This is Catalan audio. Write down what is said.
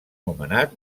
nomenat